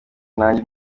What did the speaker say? nanjye